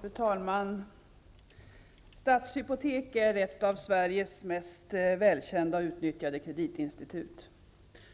Fru talman! Stadshypotek är ett av Sveriges mest välkända och utnyttjade kreditinstitut.